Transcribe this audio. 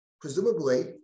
presumably